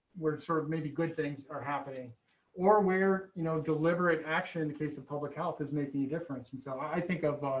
we're sort of maybe good things are happening or where you know deliberate action case of public health is making a difference. and so i think of